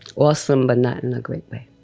awesome but not in a great way.